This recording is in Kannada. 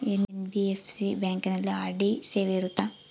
ಎನ್.ಬಿ.ಎಫ್.ಸಿ ಬ್ಯಾಂಕಿನಲ್ಲಿ ಆರ್.ಡಿ ಸೇವೆ ಇರುತ್ತಾ?